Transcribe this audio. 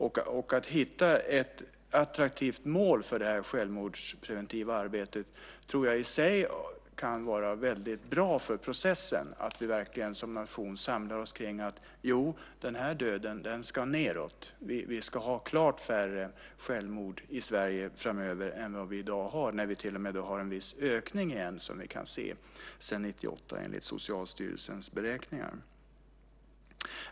Att hitta ett attraktivt mål för det självmordspreventiva arbetet tror jag i sig kan vara väldigt bra för processen, att vi verkligen som nation samlar oss kring att den här döden ska nedåt. Vi ska ha klart färre självmord i Sverige framöver än vi har i dag, när vi till och med kan se en viss ökning sedan 1998 enligt Socialstyrelsens beräkningar.